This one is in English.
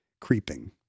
creeping